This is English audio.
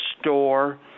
store